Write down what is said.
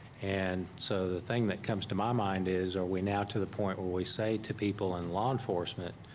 and so the thing that comes to my mind is are we now to the point where we say to people in law enforcement,